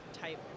type